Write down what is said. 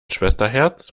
schwesterherz